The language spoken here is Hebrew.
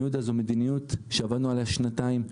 יהודה זו מדיניות שעבדנו עליה שנתיים,